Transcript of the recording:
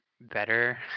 better